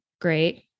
Great